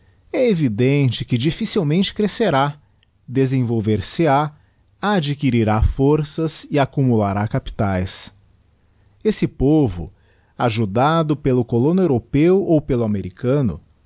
é evidente que difficilmente crescerá desenvolver se á adquirirá forças e accumulará capitães esse ippvo ajudado pelo colono europeu ou pelo americano